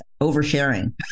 oversharing